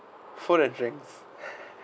full of drinks